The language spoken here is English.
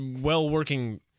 well-working